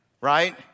right